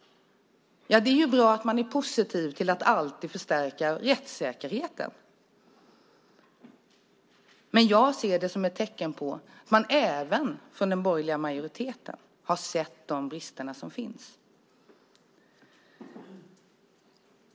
Det är bra att man är positiv till att alltid förstärka rättssäkerheten. Men jag ser det som ett tecken på att man även från den borgerliga majoriteten har sett de brister som finns.